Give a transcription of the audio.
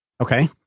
Okay